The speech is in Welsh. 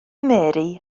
mary